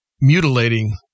mutilating